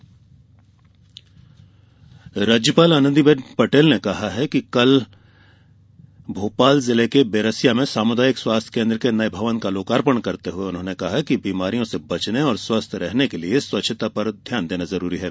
राज्यपाल राज्यपाल आनंदी बेन पटेल ने कल भोपाल जिले के बैरसिया में सामुदायिक स्वास्थ्य केन्द्र के नये भवन का लोकार्पण करते हुए कहा है कि बीमारियों से बचने और स्वस्थ रहने के लिए स्वच्छता पर ध्यान देना जरूरी है